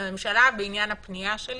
לממשלה בעניין הפנייה שלי,